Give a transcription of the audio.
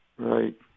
Right